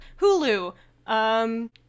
Hulu